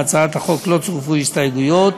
להצעת החוק לא צורפו הסתייגויות